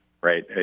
right